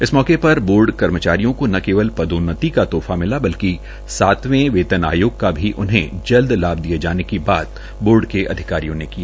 इस मौके पर बोर्ड कर्मचारियों को ना केवल पदोन्नति का तोहफा मिला बल्कि सातवें वेतन आयोग का भी उन्हें जल्द लाभ दिए जाने की बात बोर्ड अधिकारियों ने कही